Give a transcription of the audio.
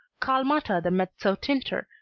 calmatta the mezzotinter,